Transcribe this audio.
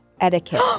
etiquette